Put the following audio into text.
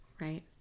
right